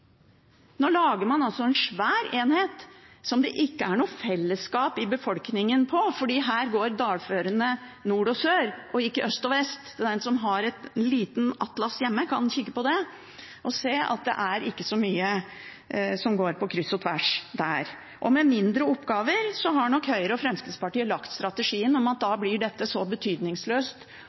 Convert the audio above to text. Nå lager man en svær enhet som det ikke er noe fellesskap i befolkningen om, for dalførene der går nordover og sørover, ikke østover og vestover. Den som har et lite atlas hjemme, kan kikke på det og se at det ikke er så mye som går på kryss og tvers der. Ved at det blir færre oppgaver, har nok Høyre og Fremskrittspartiet lagt en strategi om at dette da blir så betydningsløst